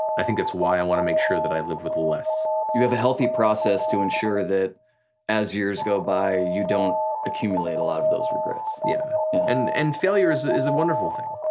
i think that's why i wanna make sure that i live with less. you have a healthy process to ensure that as years go by you don't accumulate a lot of those regrets. yeah, and and failure is is a wonderful thing.